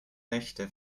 nächte